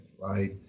right